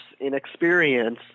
inexperience